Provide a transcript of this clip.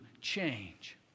change